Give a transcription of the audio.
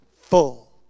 full